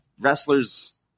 wrestlers